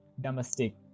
domestic